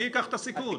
מי ייקח את הסיכון?